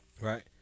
Right